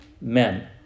men